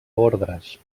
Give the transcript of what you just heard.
ordres